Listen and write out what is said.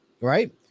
right